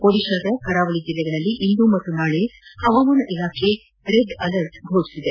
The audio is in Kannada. ಒಡಿಶಾದ ಕರಾವಳಿ ಜಿಲ್ಲೆಗಳಲ್ಲಿ ಇಂದು ಮತ್ತು ನಾಳೆ ಹವಾಮಾನ ಇಲಾಖೆ ರೆಡ್ ಅಲರ್ಟ್ ಫೋಷಿಸಿದೆ